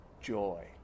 joy